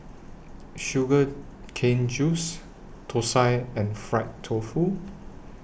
Sugar Cane Juice Thosai and Fried Tofu